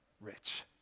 rich